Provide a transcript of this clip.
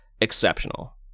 exceptional